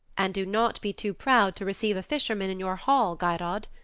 and do not be too proud to receive a fisherman in your hall, geirrod,